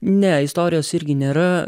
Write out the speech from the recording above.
ne istorijos irgi nėra